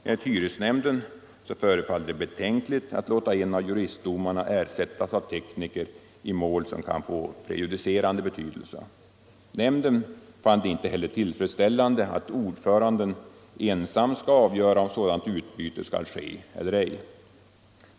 Enligt hyresnämnden förefaller det betänkligt att låta en av juristdomarna ersättas av tekniker i mål som kan få prejudicerande betydelse. Nämnden fann det inte heller tillfredsställande att ordföranden ensam skall avgöra om sådant utbyte skall ske eller ej.